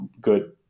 good